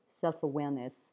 self-awareness